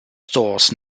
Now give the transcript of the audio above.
stores